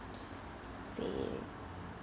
same